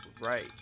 right